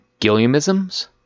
Gilliamisms